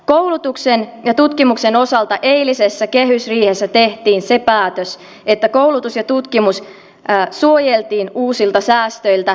koulutuksen ja tutkimuksen osalta eilisessä kehysriihessä tehtiin se päätös että koulutus ja tutkimus suojeltiin uusilta säästöiltä